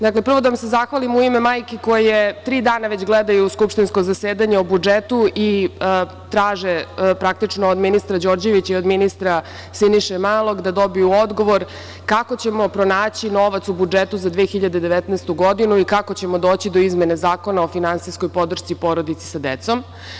Dakle, prvo da vam se zahvalim u ime majki koje tri dana već gledaju skupštinsko zasedanje o budžetu i traže praktično od ministra Đorđevića i od ministra Siniše Malog da dobiju odgovor, kako ćemo pronaći novac u budžetu za 2019. godinu i kako ćemo doći do izmene Zakona o finansijskoj podršci porodici sa decom.